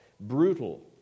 brutal